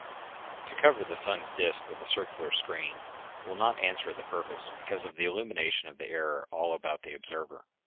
to cover the sun's disk with a circular screen will not answer the purpose because of the illumination of the air all about the observer.